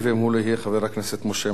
חבר הכנסת משה מוץ מטלון,